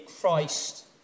Christ